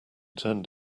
turned